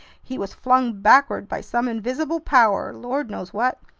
he was flung backward by some invisible power, lord knows what!